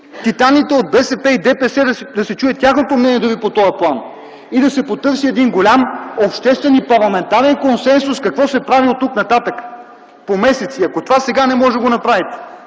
титаните от БСП и ДПС да се чуе тяхното мнение дори по този план и да се потърси един голям обществен и парламентарен консенсус какво се прави оттук нататък по месеци. Ако това не можете да го направите